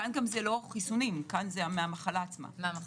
כאן זה לא חיסונים אלא מהמחלה עצמה.